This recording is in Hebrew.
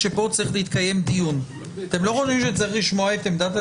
השופט קודם כול צריך להחליט שזה עניין מהותי,